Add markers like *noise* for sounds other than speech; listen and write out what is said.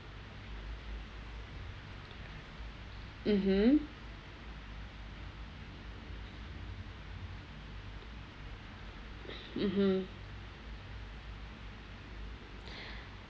mmhmm mmhmm *breath*